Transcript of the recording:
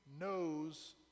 knows